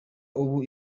ubu